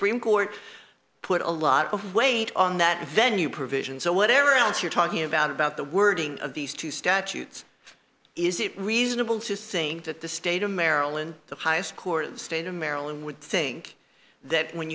supreme court put a lot of weight on that venue provision so whatever else you're talking about about the wording of these two statutes is it reasonable to think that the state of maryland the highest court of the state of maryland would think that when